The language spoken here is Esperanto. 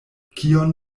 kion